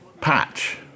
patch